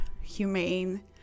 humane